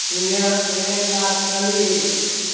ᱤᱧᱟᱹᱜ ᱠᱮᱞᱮᱱᱰᱟᱨ ᱠᱟᱹᱞᱤ